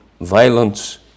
violence